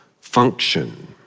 function